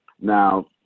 Now